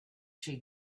she